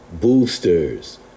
boosters